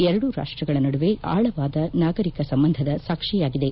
ಎರಡೂ ರಾಷ್ಟಗಳ ನಡುವೆ ಆಳವಾದ ನಾಗರಿಕ ಸಂಬಂಧದ ಸಾಕ್ಷಿಯಾಗಿದೆ